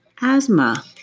Asthma